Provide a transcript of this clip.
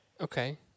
Okay